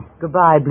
Goodbye